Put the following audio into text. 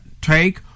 take